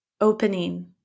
opening